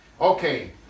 Okay